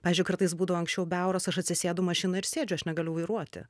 pavyzdžiui kartais būdavo anksčiau be auros aš atsisėdu mašinoj ir sėdžiu aš negaliu vairuoti